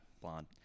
Blonde